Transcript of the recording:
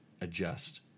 adjust